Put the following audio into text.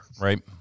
right